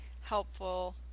helpful